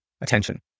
attention